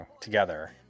together